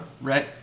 right